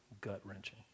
gut-wrenching